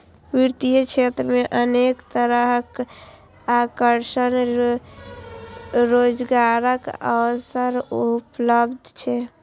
वित्तीय क्षेत्र मे अनेक तरहक आकर्षक रोजगारक अवसर उपलब्ध छै